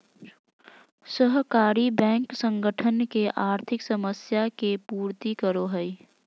सहकारी बैंक संगठन के आर्थिक समस्या के पूर्ति करो हइ